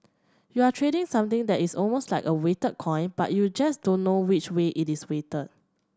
you're trading something that is almost like a weighted coin but you just don't know which way it is weighted